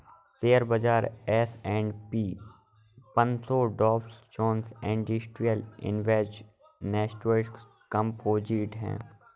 share बाजार S and P पनसो Dow Jones industrial average और नैस्डैक कंपोजिट है